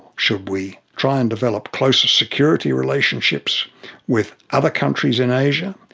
should we try and develop closer security relationships with other countries in asia?